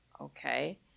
Okay